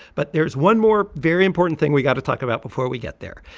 but there is one more very important thing we got to talk about before we get there,